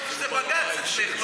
חשבתי שזה בג"ץ אצלך,